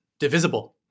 divisible